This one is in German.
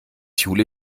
jule